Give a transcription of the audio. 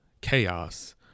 chaos